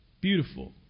beautiful